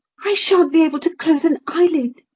i shan't be able to close an eyelid.